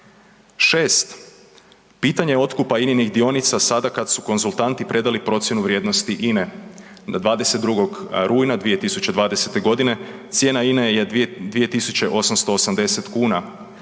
Šest, pitanje otkupa ININIH dionica sada kad su konzultanti predali procjenu vrijednosti INE da 22. rujna 2020. godine cijena INE je 2.880 kuna,